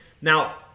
Now